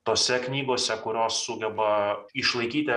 tose knygose kurios sugeba išlaikyti